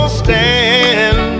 stand